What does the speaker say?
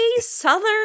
southern